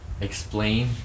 explain